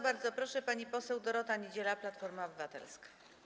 Bardzo proszę, pani poseł Dorota Niedziela, Platforma Obywatelska.